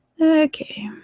Okay